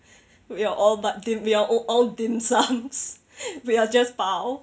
we are all but dim we are all dim sums we are just 包